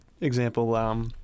example